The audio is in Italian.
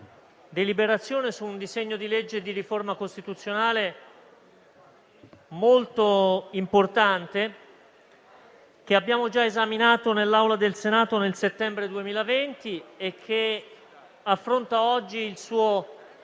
deliberazione di un disegno di legge di riforma costituzionale molto importante, già esaminato dall'Assemblea del Senato nel settembre 2020 e che affronta oggi il suo